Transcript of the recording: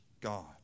God